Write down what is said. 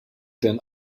than